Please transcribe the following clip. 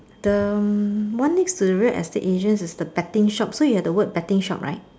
the one next to the real estate agents is a betting shop so you have the word betting shop right